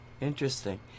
interesting